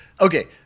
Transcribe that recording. Okay